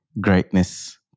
greatness